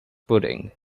pudding